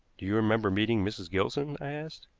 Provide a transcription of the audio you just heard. you remember meeting mrs. gilson? i asked.